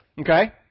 Okay